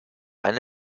eine